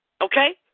Okay